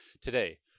today